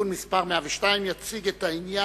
(תיקון מס' 102), התש"ע 2009. יציג את העניין